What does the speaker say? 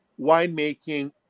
winemaking